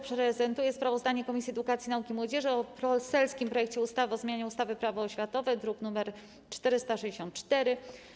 Prezentuję sprawozdanie Komisji Edukacji, Nauki i Młodzieży o poselskim projekcie ustawy o zmianie ustawy - Prawo oświatowe, druk nr 464.